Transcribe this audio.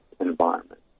environment